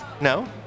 No